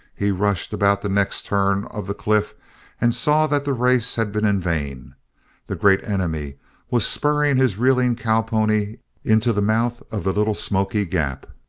he rushed about the next turn of the cliff and saw that the race had been in vain the great enemy was spurring his reeling cowpony into the mouth of the little smoky gap!